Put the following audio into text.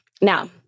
now